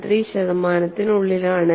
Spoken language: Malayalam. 13 ശതമാനത്തിനുള്ളിലാണ്